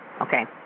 Okay